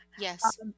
Yes